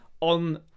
on